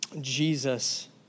Jesus